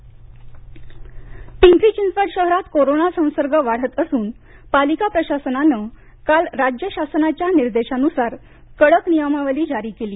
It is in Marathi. पिंपरी चिंचवड पिंपरी चिंचवड शहरात कोरोना संसर्ग वाढत असून पालिका प्रशासनानं काल राज्य शासनाच्या निर्देशानुसार कडक नियमावली जारी केली